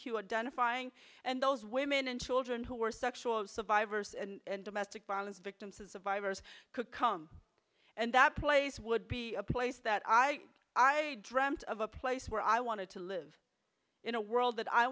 identifying and those women and children who were sexual survivors and domestic violence victims and survivors could come and that place would be a place that i i dreamt of a place where i wanted to live in a world that i